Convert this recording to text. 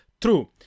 True